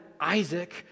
Isaac